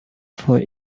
for